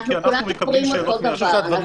כי אנחנו מקבלים שאלות מהשופטים.